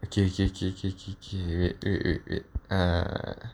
okay K K K K K wait wait wait uh